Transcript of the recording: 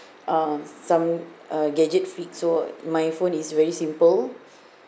uh some uh gadget freak so my phone is very simple